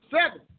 Seven